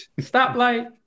stoplight